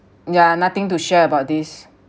yeah nothing to share about this